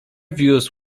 views